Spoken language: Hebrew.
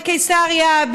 בקיסריה,